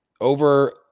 Over